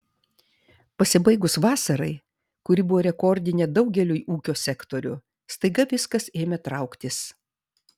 pasibaigus vasarai kuri buvo rekordinė daugeliui ūkio sektorių staiga viskas ėmė trauktis